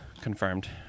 Confirmed